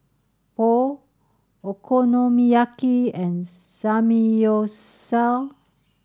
Pho Okonomiyaki and Samgyeopsal